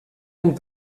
ein